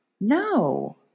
No